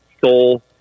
soul